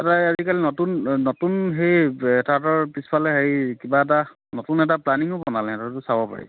তাতে আজিকালি নতুন নতুন সেই তাহাঁতৰ পিছফালে এই কিবা এটা নতুন এটা প্লানিঙো বনালে সেইটোতো চাব পাৰি